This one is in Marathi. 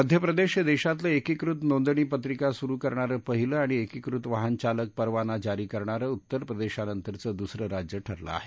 मध्य प्रदेश हे देशातलं एकीकृत नोंदणी पत्रिका सुरू करणारं पहिलं आणि एकीकृत वाहनचालक परवाना जारी करणारं उत्तर प्रदेशानंतरचं दुसरं राज्य ठरलं आहे